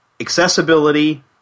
accessibility